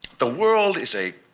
the world is a